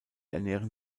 ernähren